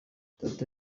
data